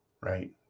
right